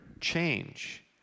change